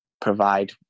provide